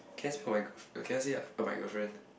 that's for my grilf~ can I say like about my girlfriend